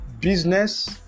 business